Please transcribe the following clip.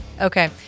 Okay